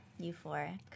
Euphoric